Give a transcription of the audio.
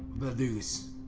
this,